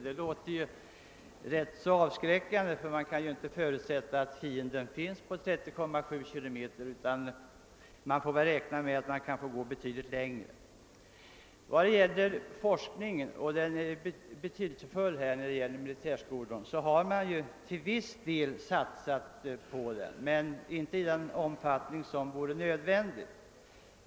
Det är rätt avskräckande, ty man kan ju inte förutsätta att fienden finns på 30,7 kilometers håll, utan man måste räkna med att det kan bli nödvändigt att marschera betydligt längre. Forskningen är betydelsefull när det gäller militärskodon. Man har till viss del satsat på den, men det har inte skett i den omfattning som vore nödvändigt.